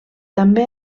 també